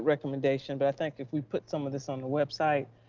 ah recommendation. but i think if we put some of this on the website,